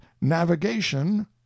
navigation